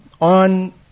On